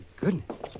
goodness